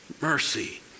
mercy